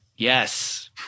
Yes